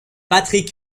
patrick